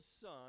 son